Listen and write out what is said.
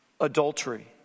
adultery